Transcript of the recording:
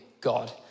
God